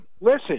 Listen